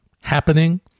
happening